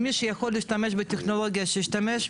מי שיכול להשתמש בטכנולוגיה שישתמש,